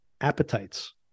appetites